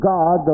God